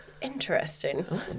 Interesting